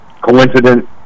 coincident